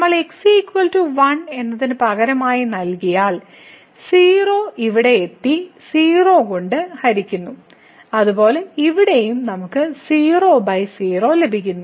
നമ്മൾ x 1 എന്നതിന് പകരമായി നൽകിയാൽ 0 ഇവിടെ എത്തി 0 കൊണ്ട് ഹരിക്കുന്നു അതുപോലെ ഇവിടെയും നമുക്ക് 00 ലഭിക്കുന്നു